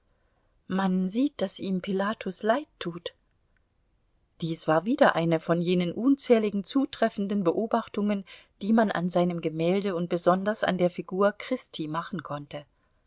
man sieht daß ihm pilatus leid tut dies war wieder eine von jenen unzähligen zutreffenden beobachtungen die man an seinem gemälde und besonders an der figur christi machen konnte